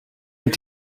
mit